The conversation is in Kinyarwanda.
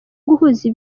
guhuza